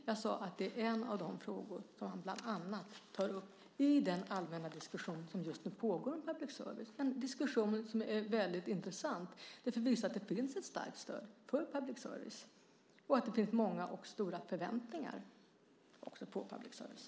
Jag sade att det är en av de frågor som man bland annat tar upp i den allmänna diskussion som just nu pågår om public service. Det är en diskussion som är väldigt intressant, därför att den visar att det finns ett starkt stöd för public service och att det också finns många och stora förväntningar på public service.